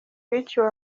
biciwe